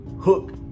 hook